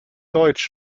deutsch